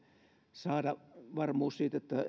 saada varmuus että